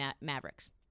Mavericks